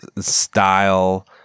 style